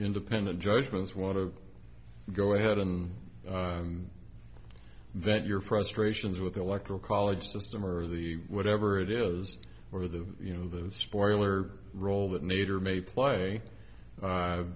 independent judgments want to go ahead and vent your frustrations with the electoral college system or the whatever it is for the you know the spoiler role that nader may play